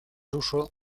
ruso